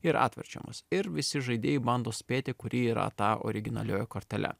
ir atverčiamos ir visi žaidėjai bando spėti kuri yra ta originalioji kortele